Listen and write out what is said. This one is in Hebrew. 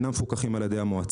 אינם מפוקחים על ידי המועצה.